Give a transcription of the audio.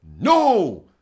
No